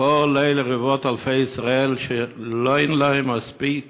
לכל רבבות-אלפי ישראל שאין להם מספיק,